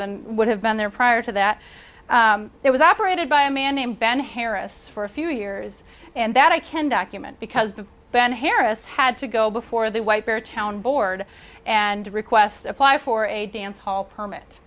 than would have been there prior to that it was operated by a man named ben harris for a few years and that i can document because big ben harris had to go before the white bear town board and request apply for a dancehall permit